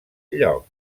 lloc